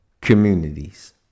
communities